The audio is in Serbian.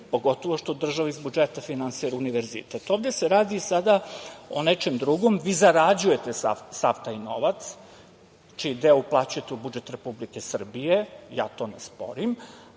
pogotovo što država iz budžeta finansira univerzitet. Ovde se radi sada o nečem drugom. Vi zarađujete sav taj novac čiji deo uplaćujete u budžet Republike Srbije, ja to ne sporim,